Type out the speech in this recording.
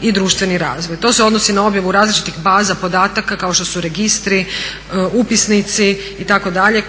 i društveni razvoj. To se odnosi na objavu različitih baza podataka kao što su registri, upisnici itd.